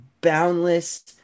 boundless